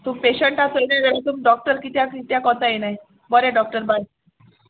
तुम पेशंटा चोयनाय जाल्यार तुम डॉक्टर कित्याक कित्या कोंता येनाय बोरें डॉक्टर बाय